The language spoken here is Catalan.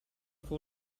fou